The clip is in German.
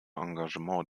engagement